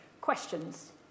Questions